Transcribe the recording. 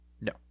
No